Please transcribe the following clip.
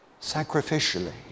sacrificially